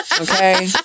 okay